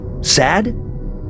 sad